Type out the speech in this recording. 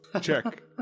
Check